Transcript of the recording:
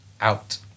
Out